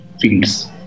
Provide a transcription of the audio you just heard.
fields